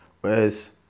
whereas